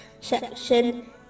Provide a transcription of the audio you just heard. section